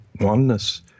oneness